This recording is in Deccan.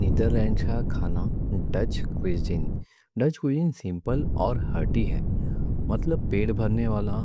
نیدر لینڈ کا کھانا ڈچ کوئزین، ڈچ کوئزین سمپل اور ہارٹی رہتا۔ مطلب پیٹ بھرنے والا،